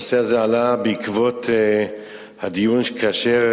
הנושא הזה עלה בעקבות הדיון שהיה כאשר